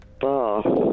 Bar